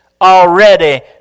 already